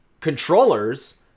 controllers